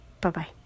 Bye-bye